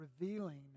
revealing